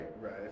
right